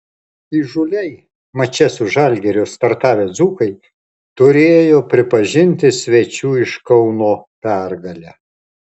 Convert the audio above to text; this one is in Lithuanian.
įžūliai mače su žalgiriu startavę dzūkai turėjo pripažinti svečių iš kauno pergalę